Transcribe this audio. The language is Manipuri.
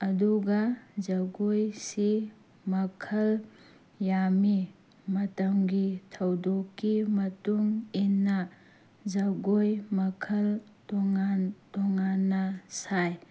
ꯑꯗꯨꯒ ꯖꯒꯣꯏꯁꯤ ꯃꯈꯜ ꯌꯥꯝꯃꯤ ꯃꯇꯝꯒꯤ ꯊꯧꯗꯣꯛꯀꯤ ꯃꯇꯨꯡ ꯏꯟꯅ ꯖꯒꯣꯏ ꯃꯈꯜ ꯇꯣꯉꯥꯟ ꯇꯣꯉꯥꯟꯅ ꯁꯥꯏ